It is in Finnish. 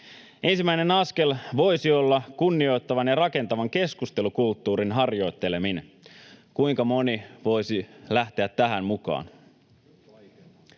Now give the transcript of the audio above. Ensimmäinen askel voisi olla kunnioittavan ja rakentavan keskustelukulttuurin harjoitteleminen. Kuinka moni voisi lähteä tähän mukaan?